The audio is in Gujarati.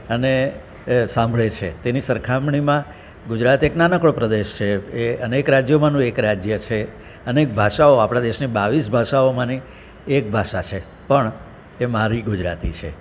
અને એ સાંભળે છે તેની સરખામણીમાં ગુજરાતી એક નાનકડો પ્રદેશ છે એ અનેક રાજ્યોમાંનું એક રાજ્ય છે અનેક ભાષાઓ આપણા દેશમાંની બાવીસ ભાષાઓમાંની એક ભાષા છે પણ તે મારી ગુજરાતી છે